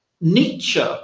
Nietzsche